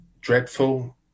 dreadful